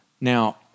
Now